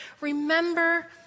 Remember